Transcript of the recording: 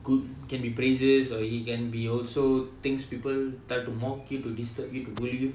good can be praises or it can be also things people to mock you to disturb you to bully you